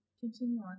continue